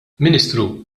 ministru